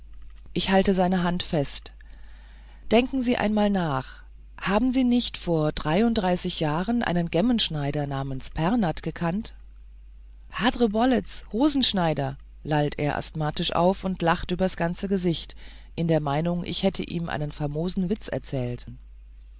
ich halte seine hand fest denken sie einmal nach haben sie nicht vor dreiunddreißig jahren einen gemmenschneider namens pernath gekannt hadrbolletz hosenschneider lallt er asthmatisch auf und lacht übers ganze gesicht in der meinung ich hätte ihm einen famosen witz erzählt